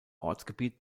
ortsgebiet